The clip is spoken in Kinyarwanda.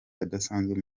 adasanzwe